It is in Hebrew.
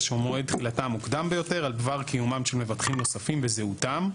שמועד תחילתה המוקדם ביותר על דבר קיומם של מבטחים נוספים וזהותם'.